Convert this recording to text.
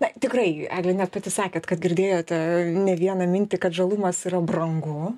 na tikrai egle net pati sakėt kad girdėjot ne vieną mintį kad žalumas yra brangu